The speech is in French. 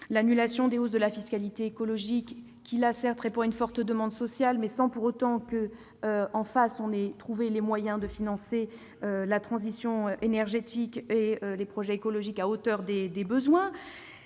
l'annulation des hausses de la fiscalité écologique- il s'agit là certes de répondre à une forte demande sociale ; pour autant, on n'a pas trouvé les moyens de financer la transition énergétique et les projets écologiques à hauteur des besoins